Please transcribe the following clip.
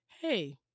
hey